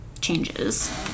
changes